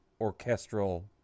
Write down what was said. orchestral